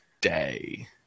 Day